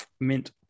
mint